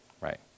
right